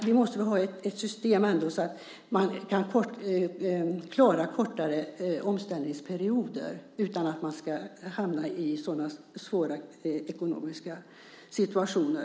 Vi måste väl ändå ha ett system så att man kan klara kortare omställningsperioder utan att man ska hamna i svåra ekonomiska situationer.